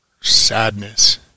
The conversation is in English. sadness